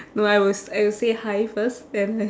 no I will s~ I will say hi first then I